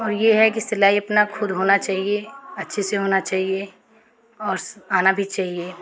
और ये है की सिलाई अपना खुद होना चाहिए अच्छे से होना चाहिए और स आना भी चाहिए